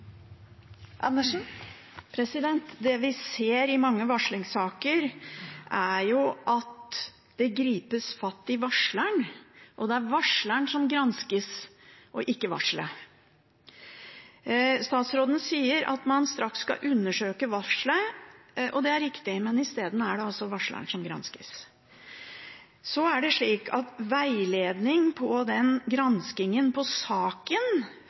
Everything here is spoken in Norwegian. at det gripes fatt i varsleren, at det er varsleren som granskes, og ikke varselet. Statsråden sier at man straks skal undersøke varselet, og det er riktig, men i stedet er det altså varsleren som granskes. Når det gjelder veiledning på granskningen – på saken